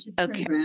Okay